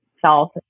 self